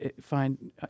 find